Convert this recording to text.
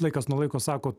laikas nuo laiko sako